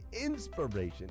inspiration